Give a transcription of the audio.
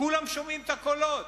כולם שומעים את הקולות,